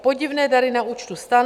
Podivné dary na účtu STAN.